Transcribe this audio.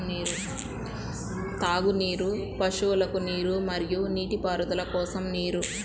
త్రాగునీరు, పశువులకు నీరు మరియు నీటిపారుదల కోసం నీరు